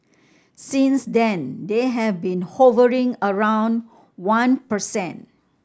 since then they have been hovering around one per cent